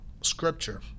scripture